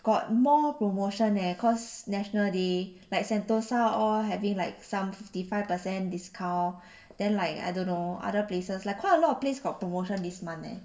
got more promotion eh cause national day like sentosa all having like some fifty five percent discount then like I don't know other places like quite a lot of places got promotion this month leh